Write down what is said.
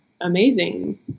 amazing